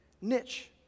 niche